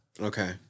Okay